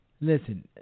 Listen